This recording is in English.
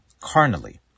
carnally